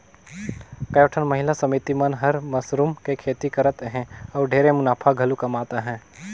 कयोठन महिला समिति मन हर मसरूम के खेती करत हें अउ ढेरे मुनाफा घलो कमात अहे